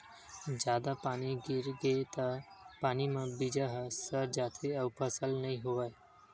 जादा पानी गिरगे त पानी म बीजा ह सर जाथे अउ फसल नइ होवय